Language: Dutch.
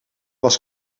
was